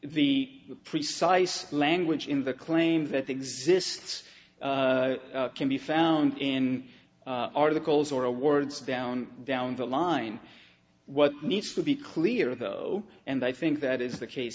the precise language in the claim that exists can be found in articles or awards down down the line what needs to be clear though and i think that is the case